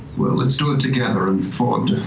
well, let's do it together and fjord,